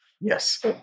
Yes